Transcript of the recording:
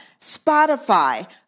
Spotify